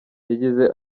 yagize